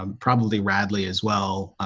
um probably radley as well. ah,